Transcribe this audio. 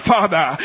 Father